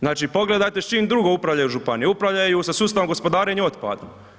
Znači pogledajte s čim drugim upravljaju županije, upravljaju sa sustavom gospodarenja otpadom.